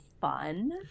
fun